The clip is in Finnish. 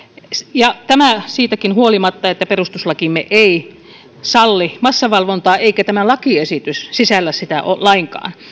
ja tämä siitäkin huolimatta että perustuslakimme ei salli massavalvontaa eikä tämä lakiesitys sisällä sitä lainkaan